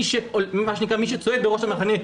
מי שצועד בראש המחנה,